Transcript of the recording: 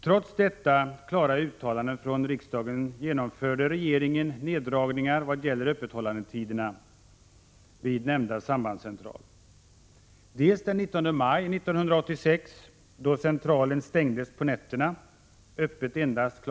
Trots detta klara uttalande av riksdagen genomförde regeringen neddragningar av öppethållandetiderna vid nämnda sambandscentral dels den 19 maj 1986, då centralen stängdes på nätterna och hade öppet endast kl.